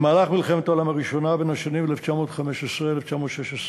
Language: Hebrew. במהלך מלחמת העולם הראשונה, בשנים 1915 1916,